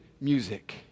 music